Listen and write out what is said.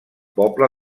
poble